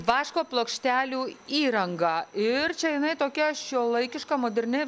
vaško plokštelių įranga ir čia jinai tokia šiuolaikiška moderni